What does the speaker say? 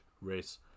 race